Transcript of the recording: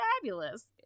fabulous